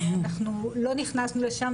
אנחנו לא נכנסנו לשם.